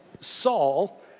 Saul